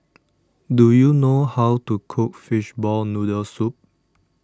do you know how to cook Fishball Noodle Soup